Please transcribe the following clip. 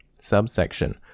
Subsection